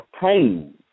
pain